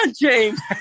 James